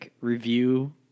review